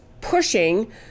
pushing